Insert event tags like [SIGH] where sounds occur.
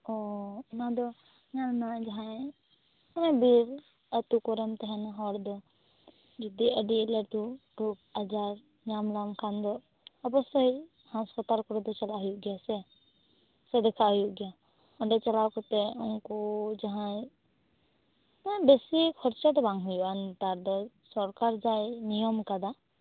ᱚ ᱚᱱᱟᱫᱚ ᱧᱮᱞ ᱢᱮ ᱡᱟᱦᱟᱸᱭ [UNINTELLIGIBLE] ᱵᱤᱨ ᱟᱛᱳ ᱠᱚᱨᱮᱱ ᱛᱟᱦᱮᱱ ᱦᱚᱲ ᱫᱚ ᱡᱩᱫᱤ ᱟ ᱰᱤ ᱞᱟ ᱴᱩ ᱨᱳᱜᱽ ᱟᱡᱟᱨ ᱧᱟᱢ ᱞᱮᱢ ᱠᱷᱟᱱ ᱫᱚ ᱚᱵᱚᱥᱥᱚᱭ ᱦᱟᱸᱥᱯᱟᱛᱟᱞ ᱠᱚᱨᱮᱫᱚ ᱪᱟᱞᱟᱜ ᱦᱩᱭᱩᱜ ᱜᱮᱭᱟ ᱥᱮ ᱥᱮ ᱫᱮᱠᱷᱟᱜ ᱦᱩᱭᱩᱜ ᱜᱮᱭᱟ ᱚᱸᱰᱮ ᱪᱟᱞᱟᱣ ᱠᱟᱛᱮ ᱩᱱᱠᱩ ᱡᱟᱦᱟᱸᱭ ᱢᱟᱱᱮ ᱵᱮᱥᱤ ᱠᱷᱚᱨᱪᱚ ᱫᱚ ᱵᱟᱝ ᱦᱩᱭᱩᱜ ᱟ ᱱᱮᱛᱟᱨ ᱫᱚ ᱥᱚᱨᱠᱟᱨ ᱡᱟᱭ ᱱᱤᱭᱚᱢ ᱟᱠᱟᱫᱟ